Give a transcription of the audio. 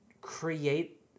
create